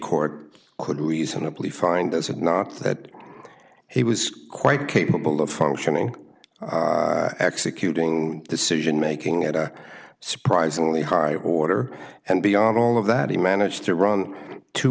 court could reasonably find this and not that he was quite capable of functioning executing decisionmaking at a surprisingly high order and beyond all of that he managed to run two